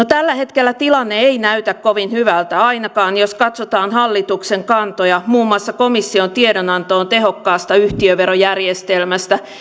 tällä hetkellä tilanne ei näytä kovin hyvältä ainakaan jos katsotaan hallituksen kantoja muun muassa komission tiedonantoon tehokkaasta yhtiöverojärjestelmästä